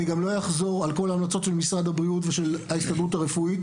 אני גם לא אחזור על כל ההמלצות של משרד הבריאות ושל ההסתדרות הרפואית,